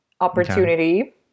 opportunity